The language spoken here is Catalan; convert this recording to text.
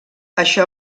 això